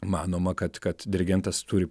manoma kad kad dirigentas turi